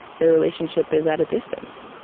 their relationship is at a distance.